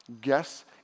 Guess